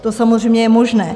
To samozřejmě je možné.